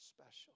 Special